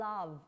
love